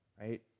right